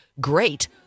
great